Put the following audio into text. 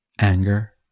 anger